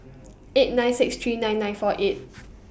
eight nine six three nine nine four eight